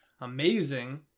amazing